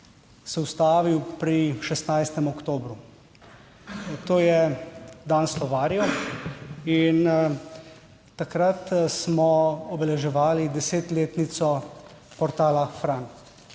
se ustavil pri 16. oktobru. To je dan slovarjev in takrat smo obeleževali desetletnico portala Fran.